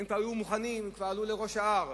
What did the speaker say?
הם כבר היו מוכנים, הם כבר עלו לראש ההר.